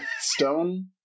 stone